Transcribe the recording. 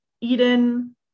Eden